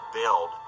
build